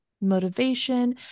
motivation